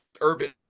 urban